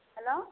hello